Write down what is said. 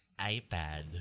iPad